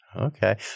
Okay